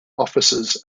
offices